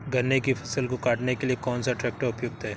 गन्ने की फसल को काटने के लिए कौन सा ट्रैक्टर उपयुक्त है?